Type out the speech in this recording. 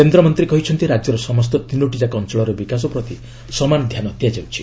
କେନ୍ଦ୍ରମନ୍ତ୍ରୀ କହିଛନ୍ତି ରାଜ୍ୟର ସମସ୍ତ ତିନୋଟିଯାକ ଅଞ୍ଚଳର ବିକାଶ ପ୍ରତି ସମାନ ଧ୍ୟାନ ଦିଆଯାଉଛି